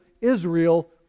Israel